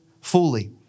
fully